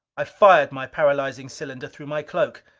i fired my paralyzing cylinder through my cloak.